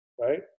right